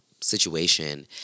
situation